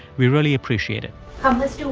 we really appreciate it um so